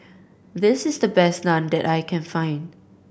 this is the best Naan that I can find